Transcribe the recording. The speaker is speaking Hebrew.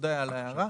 תודה על ההערה.